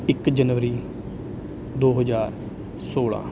ਇੱਕ ਜਨਵਰੀ ਦੋ ਹਜ਼ਾਰ ਸੌਲ੍ਹਾਂ